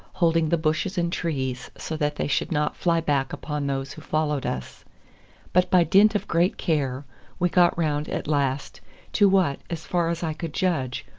holding the bushes and trees so that they should not fly back upon those who followed us but by dint of great care we got round at last to what, as far as i could judge,